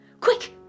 Quick